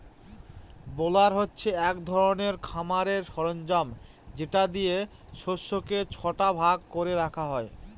বেলার হচ্ছে এক ধরনের খামারের সরঞ্জাম যেটা দিয়ে শস্যকে ছটা ভাগ করে রাখা হয়